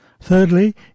Thirdly